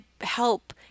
help